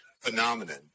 phenomenon